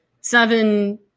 seven